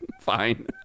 Fine